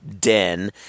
den